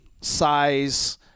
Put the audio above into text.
size